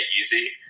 easy